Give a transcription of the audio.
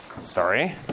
Sorry